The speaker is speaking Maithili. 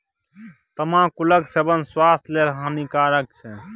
तमाकुलक सेवन स्वास्थ्य लेल हानिकारक छै